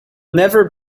never